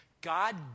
God